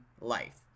life